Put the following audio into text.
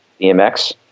BMX